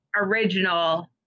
original